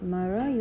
Mara